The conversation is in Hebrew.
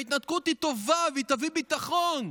שההתנתקות היא טובה והיא תביא ביטחון.